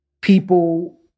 people